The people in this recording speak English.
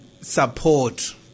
support